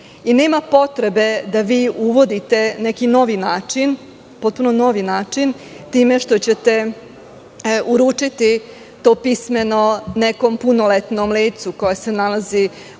Nema potrebe da vi uvodite neki potpuno novi način time što ćete uručiti to pismeno nekom punoletnom licu koje se nalazi u